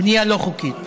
בנייה לא חוקית,